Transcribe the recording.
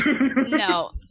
No